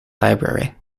library